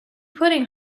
putting